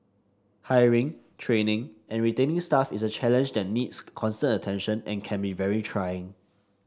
hiring training and retaining staff is a challenge that needs constant attention and can be very trying